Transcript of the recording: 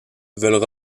veulent